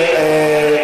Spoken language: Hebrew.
היה,